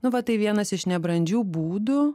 nu va tai vienas iš nebrandžių būdų